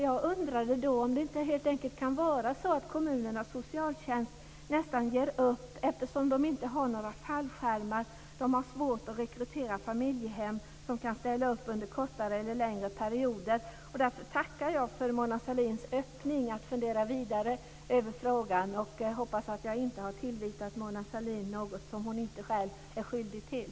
Jag undrade då om det inte helt enkelt kan vara så att kommunernas socialtjänst nästan ger upp eftersom de inte har några fallskärmar. De har svårt att rekrytera familjehem som kan ställa upp under kortare eller längre perioder. Därför tackar jag för Mona Sahlins öppning att fundera vidare över frågan. Jag hoppas att jag inte har tillvitat Mona Sahlin något som hon inte själv är skyldig till.